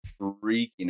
freaking